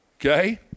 Okay